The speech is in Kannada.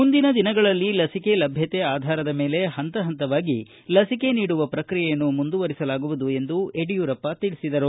ಮುಂದಿನ ದಿನಗಳಲ್ಲಿ ಲಸಿಕೆ ಲಭ್ಯತೆ ಆಧಾರದ ಮೇಲೆ ಹಂತ ಹಂತವಾಗಿ ಲಸಿಕೆ ನೀಡುವ ಪ್ರಕ್ರಿಯೆಯನ್ನು ಮುಂದುವರೆಸಲಾಗುವುದು ಎಂದು ಯಡಿಯೂರಪ್ಪ ಹೇಳಿದರು